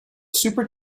super